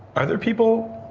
are there people.